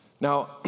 Now